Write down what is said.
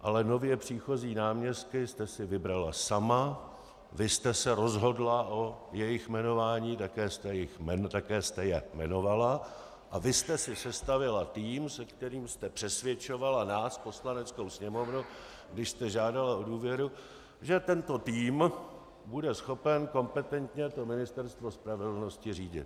Ale nově příchozí náměstky jste si vybrala sama, vy jste se rozhodla o jejich jmenování, také jste je jmenovala, a vy jste si sestavila tým, se kterým jste přesvědčovala nás, Poslaneckou sněmovnu, když jste žádala o důvěru, že tento tým bude schopen kompetentně Ministerstvo spravedlnosti řídit.